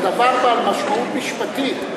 זה דבר בעל משמעות משפטית.